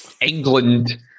England